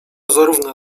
zarówno